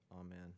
amen